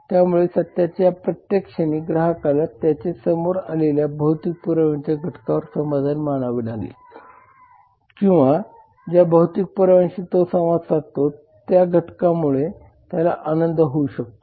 त्यामुळे सत्याच्या या प्रत्येक क्षणी ग्राहकाला त्याच्या समोर आलेल्या भौतिक पुराव्यांच्या घटकावर समाधान मानावे लागेल किंवा ज्या भौतिक पुराव्याशी तो संवाद साधतो त्या घटकांमुळे त्याला आनंद होऊ शकतो